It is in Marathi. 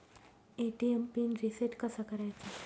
ए.टी.एम पिन रिसेट कसा करायचा?